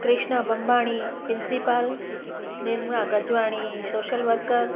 Krishna Bambani principal Nirmala Ganjwani social worker